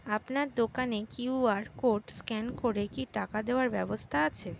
আপনার দোকানে QR code scan করে কি টাকা দেওয়ার ব্যবস্থা আছে?